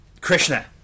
Krishna